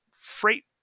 freight